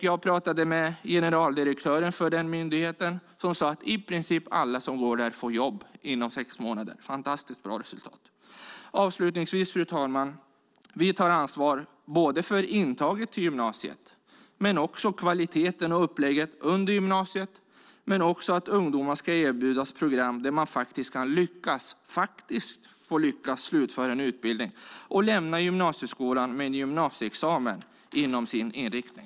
Jag talade med generaldirektören för myndigheten som sade att i princip alla som går där får jobb inom sex månader. Det är ett fantastiskt bra resultat. Avslutningsvis, fru talman, vill jag säga att vi tar ansvar både för intaget till gymnasiet och för kvaliteten och upplägget under gymnasietiden samt för att ungdomar ska erbjudas program där de lyckas och får slutföra en utbildning och kan lämna gymnasieskolan med en gymnasieexamen inom sin inriktning.